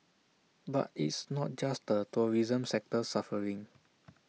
but it's not just the tourism sector suffering